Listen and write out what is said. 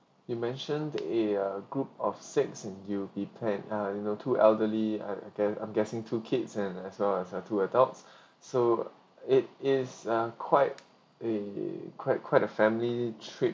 you mentioned you're a group of six and you'll be plan uh you know two elderly uh I'm gue~ I'm guessing two kids and as well as uh two adults so it is a quite a quite quite a family trip